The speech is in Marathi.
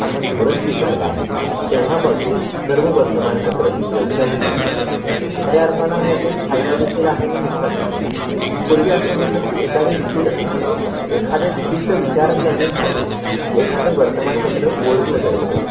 आपण धोरण स्वीकारला आहे तेव्हापासून सर्व वर्तमानपत्रं ही व्यावसायिक झालेली आहेत खऱ्या अर्थानं याचा एक फायदा देखील आहे नि नुकसानदेखील आहे पूर्वी असं होतं की एखाद्या विचीर ए एखाद्या विशिष्ट विचारसरणीसाठीच एखादं वर्तमानपत्र ओळखलं जायचं